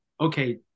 okay